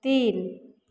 तीन